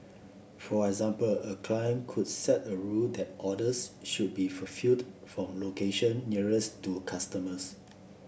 for example a client could set a rule that orders should be fulfilled from location nearest to customers